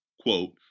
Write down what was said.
quote